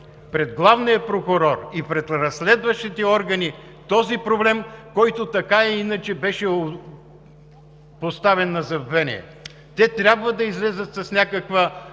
пред главния прокурор и пред разследващите органи този проблем, който така или иначе беше поставен на забвение. Те трябва да излязат с някакво